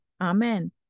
amen